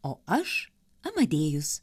o aš amadėjus